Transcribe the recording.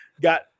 got